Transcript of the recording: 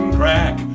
crack